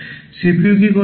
CPU কী করে